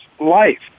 life